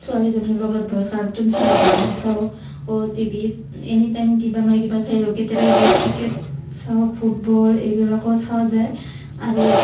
ছোৱালীজনীৰ লগত বহি কাৰ্টুন চাওঁ ডান্স চাওঁ অ টিভি ত এনি টাইম কিবা নহয় কিবা চাই থাকো কেতিয়াবা কেতিয়াবা ক্ৰিকেট চাওঁ ফুটবল এইবিলাকো চোৱা যায় আৰু